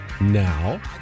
now